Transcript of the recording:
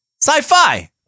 sci-fi